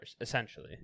essentially